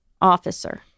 officer